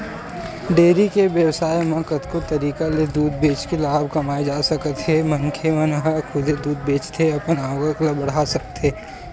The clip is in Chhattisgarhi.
डेयरी के बेवसाय म कतको तरीका ले दूद बेचके लाभ कमाए जा सकत हे मनखे ह खुदे दूद बेचे के अपन आवक ल बड़हा सकत हे